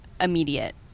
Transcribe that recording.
immediate